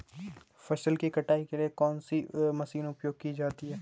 फसल की कटाई के लिए कौन सी मशीन उपयोग की जाती है?